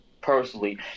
personally